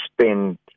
spend